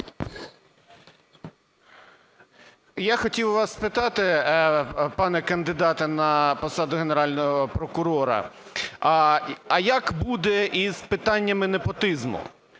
Я хотів у вас спитати, пане кандидате на посаду Генерального прокурора, а як буде із питаннями непотизму?